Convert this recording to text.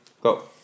Go